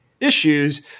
issues